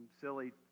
silly